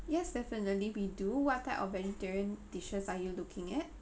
yes definitely we do what type of vegetarian dishes are you looking at